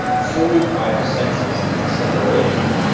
fooled by our senses into separation.